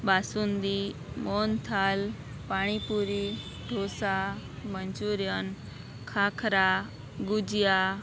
basundi mohanthal panipuri dosa Manchurian khakhra gujiya